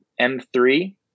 M3